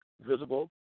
visible